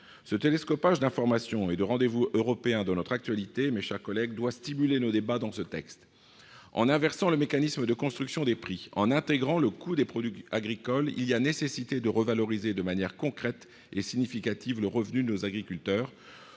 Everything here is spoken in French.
Ce télescopage d'informations et de rendez-vous européens dans notre actualité doit stimuler nos débats dans le cadre de ce texte, mes chers collègues. En inversant le mécanisme de construction des prix, en intégrant le coût des produits agricoles, il y a nécessité de revaloriser de manière concrète et significative le revenu de nos agriculteurs.